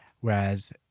Whereas